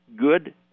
good